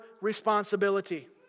responsibility